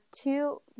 two